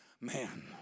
man